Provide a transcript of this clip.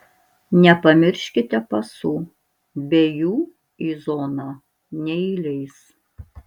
nepamirškite pasų be jų į zoną neįleis